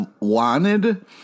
wanted